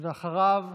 אחריו,